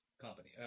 company